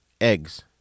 Eggs